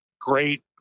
great